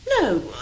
No